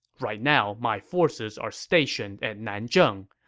right now, my forces are stationed at nanzheng.